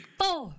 four